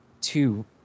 two